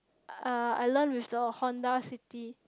uh I learn with the Honda City